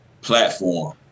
platform